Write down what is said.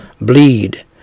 bleed